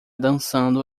dançando